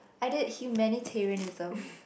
either humanitarianism